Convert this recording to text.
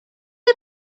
the